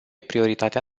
prioritatea